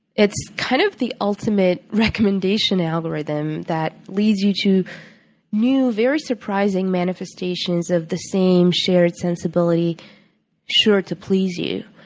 it's kind of the ultimate recommendation algorithm that leads you to new, very surprising manifestations of the same shared sensibility sure to please you.